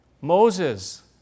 Moses